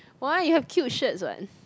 why you have cute shirts what